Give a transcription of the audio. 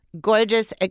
gorgeous